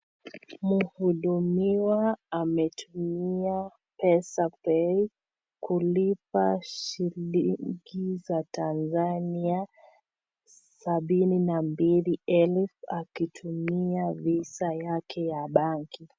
Muhudumiwa ametumia pesapay kulipa shilingi za Tanzania sabini na mbili elfu akitumia visa yake ya banki.